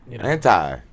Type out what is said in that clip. Anti